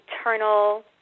eternal